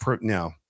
no